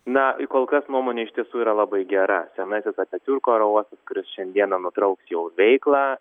na kol kas nuomonė iš tiesų yra labai gera senasis atatiurko oro uostas kuris šiandieną nutrauks jau veiklą